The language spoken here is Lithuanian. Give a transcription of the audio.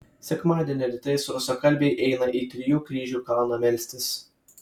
sekmadienio rytais rusakalbiai eina į trijų kryžių kalną melstis